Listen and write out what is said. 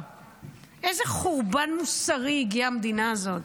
לאיזה חורבן מוסרי הגיעה המדינה הזאת.